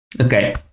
Okay